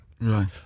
right